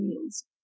meals